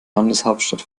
landeshauptstadt